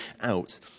out